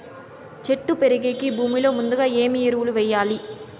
చెట్టు పెరిగేకి భూమిలో ముందుగా ఏమి ఎరువులు వేయాలి?